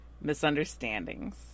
misunderstandings